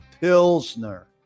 Pilsner